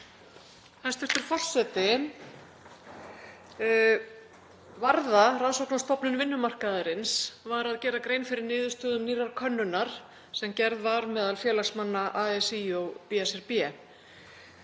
Hæstv. forseti. Varða, rannsóknastofnun vinnumarkaðarins, var að gera grein fyrir niðurstöðum nýrrar könnunar sem gerð var meðal félagsmanna ASÍ og BSRB.